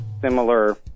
similar